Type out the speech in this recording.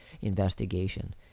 investigation